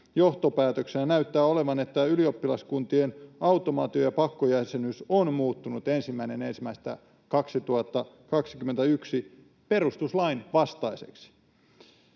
johtopäätöksenä näyttää olevan, että ylioppilaskuntien automaatio‑ ja pakkojäsenyys on muuttunut 1.1.2021 perustuslain vastaiseksi.